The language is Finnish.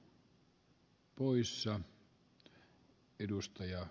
herra puhemies